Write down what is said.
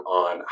on